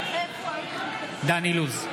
בעד דן אילוז,